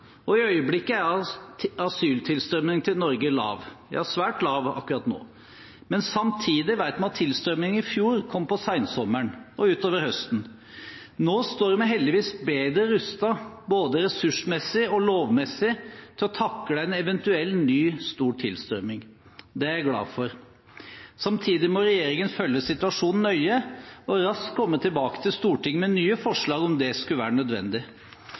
I øyeblikket er asyltilstrømmingen til Norge lav, ja, svært lav akkurat nå. Men samtidig vet vi at tilstrømmingen i fjor kom på sensommeren og utover høsten. Nå står vi heldigvis bedre rustet, både ressursmessig og lovmessig, til å takle en eventuell ny stor tilstrømming. Det er jeg glad for. Samtidig må regjeringen følge situasjonen nøye og raskt komme tilbake til Stortinget med nye forslag hvis det skulle være nødvendig.